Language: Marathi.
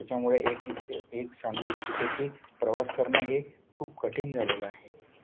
त्याच्यामुळे एक एक सांगू इच्छितो की प्रवास करणं हे खूप कठीण झालेलं आहे